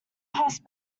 passed